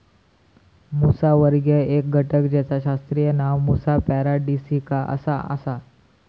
मुसावर्गीय एक घटक जेचा शास्त्रीय नाव मुसा पॅराडिसिका असा आसा